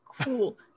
Cool